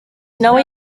nawe